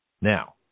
Now